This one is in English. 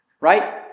right